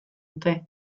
dute